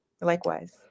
Likewise